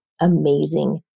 amazing